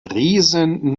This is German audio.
riesen